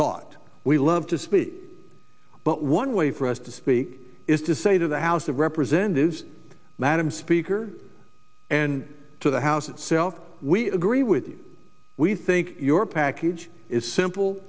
thought we love to speak but one way for us to speak is to say to the house of representatives madam speaker and to the house itself we agree with you we think your package is simple